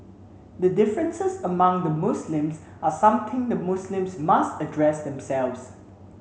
the differences among the Muslims are something the Muslims must address themselves